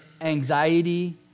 anxiety